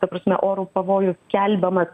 ta prasme oro pavojus skelbiamas